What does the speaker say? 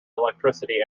electricity